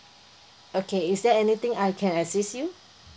okay is there anything I can assist you